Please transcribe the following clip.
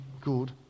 good